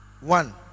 One